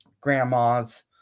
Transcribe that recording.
Grandmas